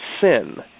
sin